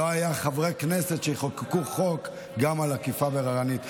שלא היו חברי כנסת שחוקקו חוק גם על אכיפה בררנית.